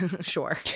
Sure